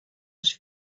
els